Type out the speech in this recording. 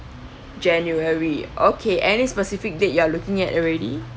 january okay any specific date you are looking at already